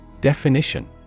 Definition